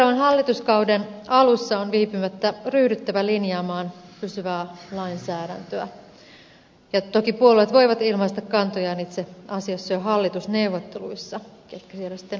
seuraavan hallituskauden alussa on viipymättä ryhdyttävä linjaamaan pysyvää lainsäädäntöä ja toki puolueet voivat ilmaista kantojaan itse asiassa jo hallitusneuvotteluissa ketkä siellä sitten ovatkin